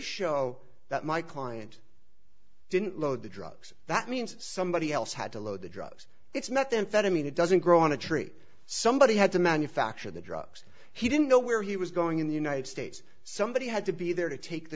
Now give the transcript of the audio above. show that my client didn't load the drugs that means somebody else had to load the drugs it's met them fed i mean it doesn't grow on a tree somebody had to manufacture the drugs he didn't know where he was going in the united states somebody had to be there to take the